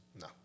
No